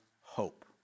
hope